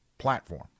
platform